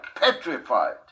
petrified